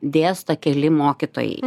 dėsto keli mokytojai